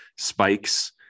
Spikes